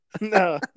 No